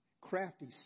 crafty